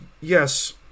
Yes